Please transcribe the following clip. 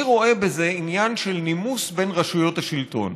אני רואה בזה עניין של נימוס בין רשויות השלטון.